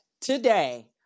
today